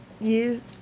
use